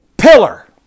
pillar